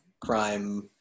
crime